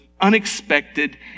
unexpected